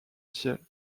ciel